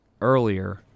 earlier